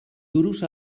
duros